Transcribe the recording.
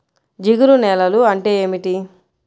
జిగురు నేలలు అంటే ఏమిటీ?